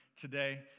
today